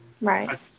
right